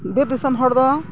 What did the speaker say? ᱵᱤᱨ ᱫᱤᱥᱚᱢ ᱦᱚᱲ ᱫᱚ